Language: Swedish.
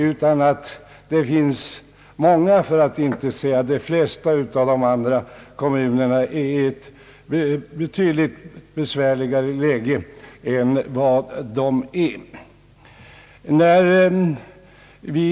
Många andra kommuner, för att inte säga de flesta, är i ett betydligt besvärligare läge än de kommuner där det finns universitet.